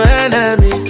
enemy